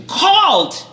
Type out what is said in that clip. called